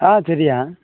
ஆ சரிய்யா